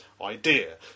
idea